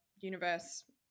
universe